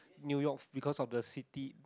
new-york because of the city